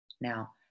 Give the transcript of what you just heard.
now